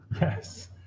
Yes